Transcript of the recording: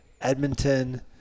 edmonton